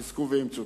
חזקו ואמצו.